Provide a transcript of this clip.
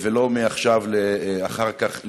ולא מעכשיו לאחר כך,